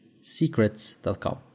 Secrets.com